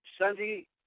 sunday